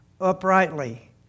uprightly